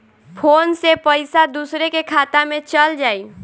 Phone से पईसा दूसरे के खाता में चल जाई?